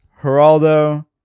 Geraldo